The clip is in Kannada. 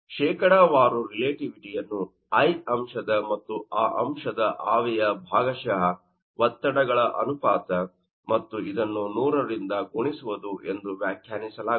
ಶೇಕಡಾವಾರು ರಿಲೇಟಿವಿಟಿಯನ್ನು i ಅಂಶದ ಮತ್ತು ಆ ಅಂಶದ ಆವಿಯ ಭಾಗಶಃ ಒತ್ತಡ ಗಳ ಅನುಪಾತ ಮತ್ತು ಇದನ್ನು 100 ರಿಂದ ಗುಣಿಸುವುದು ಎಂದು ವ್ಯಾಖ್ಯಾನಿಸಲಾಗುತ್ತದೆ